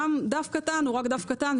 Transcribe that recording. גם דף קטן הוא רק דף קטן,